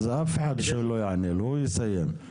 אז אף אחד שלא יענה לו, הוא יסיים.